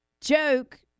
joke